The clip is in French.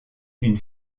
une